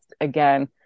again